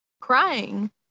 crying